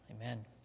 Amen